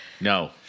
No